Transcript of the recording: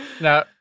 Now